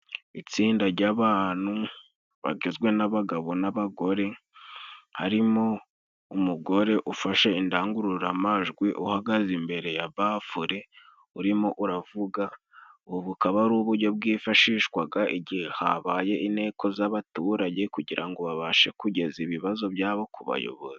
Itsinda jy'abantu bagizwe n'abagabo n'abagore harimo umugore ufashe indangururamajwi, uhagaze imbere ya bafure urimo uravuga. Ubu bukaba ari ubujyo bwifashishwaga igihe habaye inteko z'abaturage, kugira ngo ngo babashe kugeza ibibazo byabo ku bayobozi.